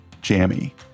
jammy